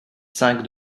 cinq